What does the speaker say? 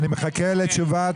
אני מחכה לתשובת